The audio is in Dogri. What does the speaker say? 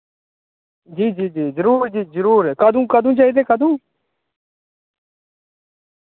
जी जी जी जरुर जी जरूर कदूं कदूं चाहिदे कदूं